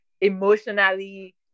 emotionally